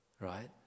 right